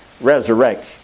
resurrection